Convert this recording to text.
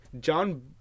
John